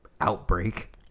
Outbreak